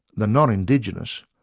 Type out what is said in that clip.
the non-indigenous,